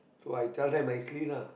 so I tell them nicely lah